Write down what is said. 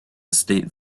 estate